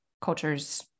cultures